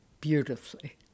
beautifully